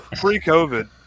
Pre-COVID